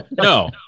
No